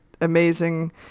amazing